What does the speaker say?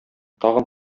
тагын